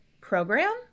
program